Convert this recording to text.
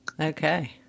Okay